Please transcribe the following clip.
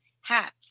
hats